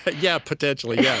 but yeah, potentially.